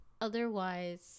otherwise